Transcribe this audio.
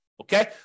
Okay